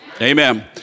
Amen